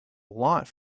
lot